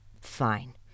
fine